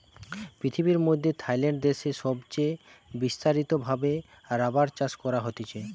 পৃথিবীর মধ্যে থাইল্যান্ড দেশে সবচে বিস্তারিত ভাবে রাবার চাষ করা হতিছে